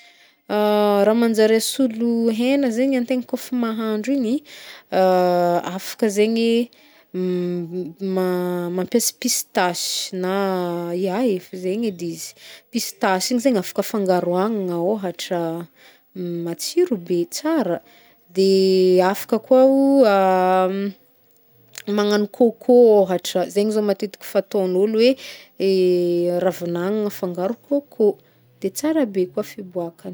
Raha manjary asolo hena zegny antegna kôf mahandro igny, afaka zegny, m- ma- mampiasa pistashy na, iay, ef zegny edy izy. Pistasy igny zegny afaka afangaro agnagna ôhatra matsiro be tsara. De afaka koa o magnano kôkô ôhatra, zegny zao matetik fataogn'olo e ravin'agnagna afangaro kôkô. De tsara be koa fiboakany